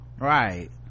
right